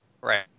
right